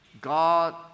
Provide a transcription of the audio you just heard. God